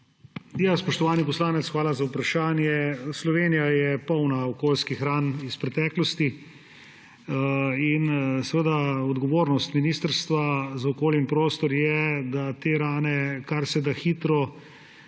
Spoštovani poslanec, hvala za vprašanje. Slovenija je polna okoljskih ran iz preteklosti. In seveda odgovornost Ministrstva za okolje in prostor je, da te rane karseda hitro,